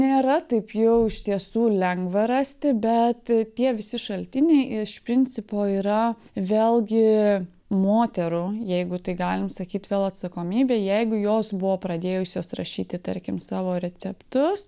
nėra taip jau iš tiesų lengva rasti bet tie visi šaltiniai iš principo yra vėlgi moterų jeigu tai galim sakyt vėl atsakomybė jeigu jos buvo pradėjusios rašyti tarkim savo receptus